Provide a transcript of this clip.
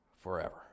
forever